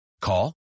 Call